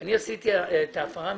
אני עשיתי את החוק של האכיפה המינהלית.